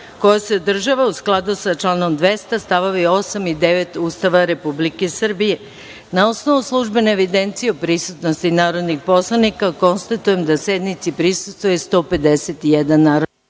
koja se održava u skladu sa članom 200. st. 8. i 9. Ustava Republike Srbije. Na osnovu službene evidencije o prisutnosti narodnih poslanika, konstatujem da sednici prisustvuje 151 narodni poslanik. Radi